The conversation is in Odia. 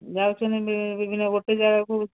ଯାଉଛନ୍ତି ବିଭିନ୍ନ ଗୋଟେ ଜାଗାକୁ